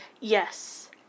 Yes